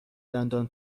دندان